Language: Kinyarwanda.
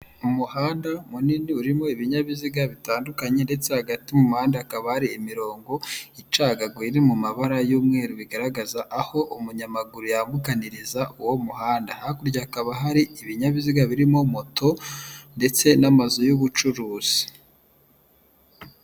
Umuhanda munini urimo ibinyabiziga bitandukanye ndetse hagati mu muhanda, hakaba hari imirongo icagaguye iri mu mabara y'umweru bigaragaza aho umunyamaguru yambukaniriza uwo muhanda, hakurya hakaba hari ibinyabiziga birimo moto ndetse n'amazu y'ubucuruzi.